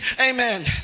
amen